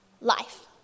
life